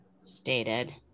stated